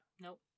Nope